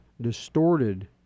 distorted